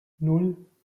nan